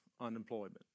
unemployment